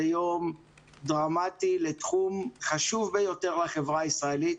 זה יום דרמטי לתחום חשוב ביותר לחברה הישראלית.